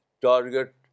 target